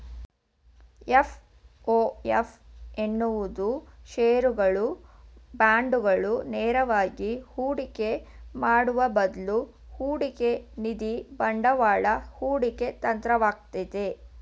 FOF ಎನ್ನುವುದು ಶೇರುಗಳು, ಬಾಂಡುಗಳು ನೇರವಾಗಿ ಹೂಡಿಕೆ ಮಾಡುವ ಬದ್ಲು ಹೂಡಿಕೆನಿಧಿ ಬಂಡವಾಳ ಹೂಡಿಕೆ ತಂತ್ರವಾಗೈತೆ